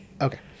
Okay